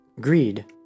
Greed